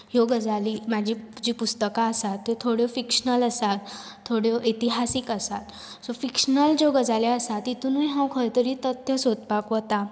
ह्यो गजाली म्हाजी जी पुस्तकां आसात त्यो थोड्यो फिक्शनल आसात थोड्यो इतिहासीक आसात सो फिक्शनल ज्यो गजाली आसात तितुनूय हांव तथ्य सोदपाक वतां